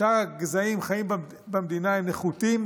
ושאר הגזעים החיים במדינה הם נחותים,